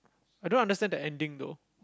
I don't understand the ending though